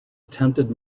attempted